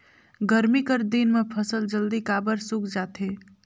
गरमी कर दिन म फसल जल्दी काबर सूख जाथे?